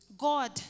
God